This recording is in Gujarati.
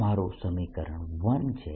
આ મારું સમીકરણ 1 છે